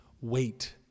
wait